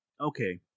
okay